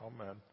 Amen